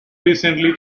recently